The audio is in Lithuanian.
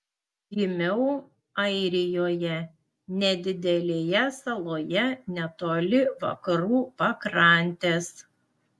gimiau airijoje nedidelėje saloje netoli vakarų pakrantės